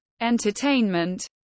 entertainment